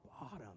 bottom